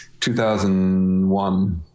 2001